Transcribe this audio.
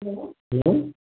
hello hello